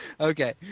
Okay